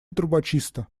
трубочиста